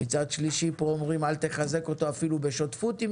מצד שלישי כאן אומרים אל תחזק אותו אפילו בשותפות עם